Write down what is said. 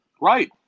Right